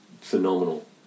Phenomenal